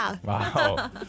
Wow